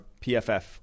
PFF